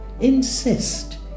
Insist